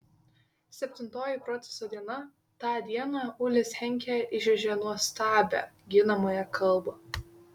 septintoji proceso diena tą dieną ulis henkė išrėžė nuostabią ginamąją kalbą